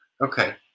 Okay